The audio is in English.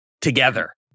together